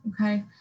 Okay